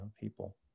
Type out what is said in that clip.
people